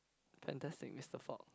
Fantastic Mister Fox